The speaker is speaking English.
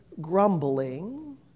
grumbling